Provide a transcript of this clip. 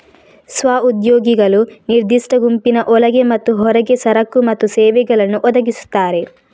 ಸ್ವ ಉದ್ಯೋಗಿಗಳು ನಿರ್ದಿಷ್ಟ ಗುಂಪಿನ ಒಳಗೆ ಮತ್ತು ಹೊರಗೆ ಸರಕು ಮತ್ತು ಸೇವೆಗಳನ್ನು ಒದಗಿಸ್ತಾರೆ